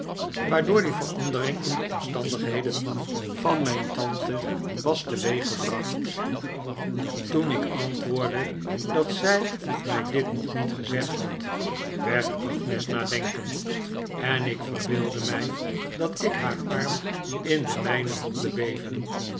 waardoor die verandering in de omstandighedeij van mijn tante was teweeggebracht toen ik antwoordde dat zij mij dit nog niet gezegd had werd agnes nadenkend en ik verbeeldde mij dat ik haar arm in den mijnen voelde beven